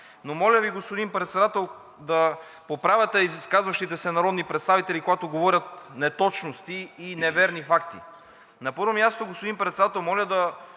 Но моля Ви, господин Председател, да поправяте изказващите се народни представители, когато говорят неточности и неверни факти. На първо място, господин Председател, моля да